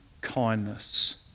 kindness